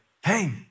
Hey